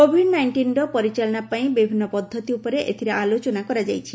Covid ନାଇଷ୍ଟିନ୍ର ପରିଚାଳନା ପାଇଁ ବିଭିନ୍ନ ପଦ୍ଧତି ଉପରେ ଏଥିରେ ଆଲୋଚନା କରାଯାଇଛି